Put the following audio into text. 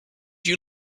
you